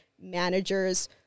managers